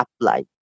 apply